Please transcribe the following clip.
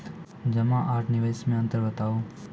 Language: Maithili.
जमा आर निवेश मे अन्तर बताऊ?